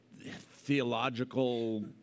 theological